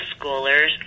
schoolers